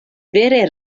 vere